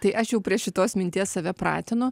tai aš jau prie šitos minties save pratinu